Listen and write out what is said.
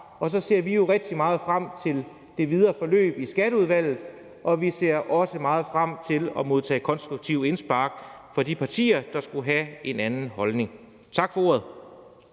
også ser rigtig meget frem til det videre forløb i Skatteudvalget, og at vi også ser meget frem til at modtage konstruktive indspark fra de partier, der skulle have en anden holdning. Tak for ordet.